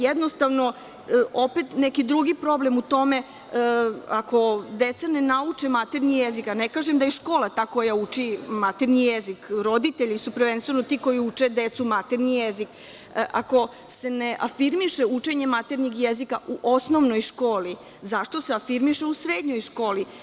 Jednostavno, opet neki drugi problem u tome, ako deca ne nauče maternji jezik, a ne kažem da je škola ta koja uči maternji jezik, roditelji su prvenstveno ti koji uče decu maternji jezik, ako se ne afirmiše učenje maternjeg jezika u osnovnoj školi, zašto se afirmiše u srednjoj školi?